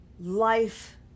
life